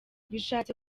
bishatse